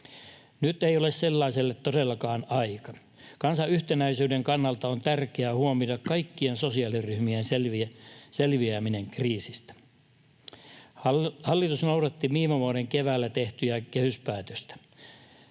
Nyt ei ole sellaiselle todellakaan aika. Kansan yhtenäisyyden kannalta on tärkeää huomioida kaikkien sosiaaliryhmien selviäminen kriisistä. Hallitus noudatti viime vuoden keväällä tehtyä kehyspäätöstä.